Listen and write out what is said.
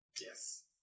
Yes